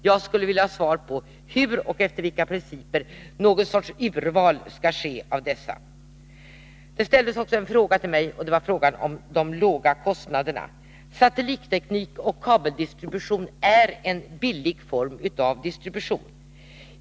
Jag skulle vilja ha ett svar på frågan hur och efter vilka principer någon sorts urval skall ske av dessa. Det ställdes också en fråga till mig om de låga kostnaderna. Satellitteknik och kabeldistribution är en billig form av distribution.